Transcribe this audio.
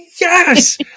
yes